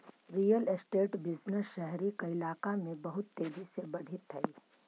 real estate business शहरी कइलाका में बहुत तेजी से बढ़ित हई